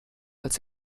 als